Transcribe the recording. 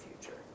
future